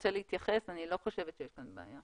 רוצה להתייחס, אני לא חושבת שיש כאן בעיה.